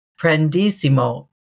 Prendissimo